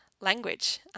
language